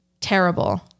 terrible